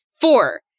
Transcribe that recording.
Four